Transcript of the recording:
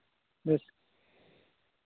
ᱵᱮᱥ